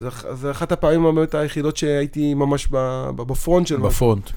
זה אחת הפעמים האמת היחידות שהייתי ממש בפרונט שלו. בפרונט.